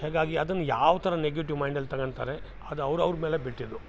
ಹೀಗಾಗಿ ಅದನ್ನು ಯಾವ ಥರ ನೆಗೆಟಿವ್ ಮೈಂಡಲ್ಲಿ ತಗೊಳ್ತಾರೆ ಅದು ಅವ್ರವ್ರ ಮೇಲೆ ಬಿಟ್ಟಿದ್ದು